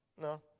no